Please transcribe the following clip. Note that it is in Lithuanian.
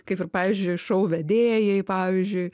kaip ir pavyzdžiui šou vedėjai pavyzdžiui